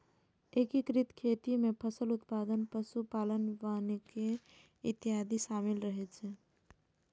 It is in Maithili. एकीकृत खेती मे फसल उत्पादन, पशु पालन, वानिकी इत्यादि शामिल रहै छै